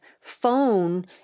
phone